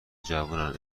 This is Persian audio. جوونن